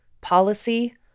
policy